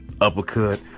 uppercut